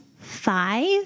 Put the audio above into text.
Five